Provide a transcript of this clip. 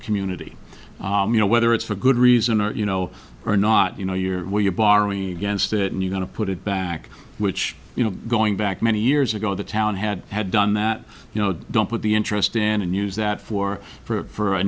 community you know whether it's for good reason or you know or not you know you're where you're borrowing against it and you've got to put it back which you know going back many years ago the town had had done that you know don't put the interest in and use that for for